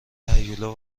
هیولا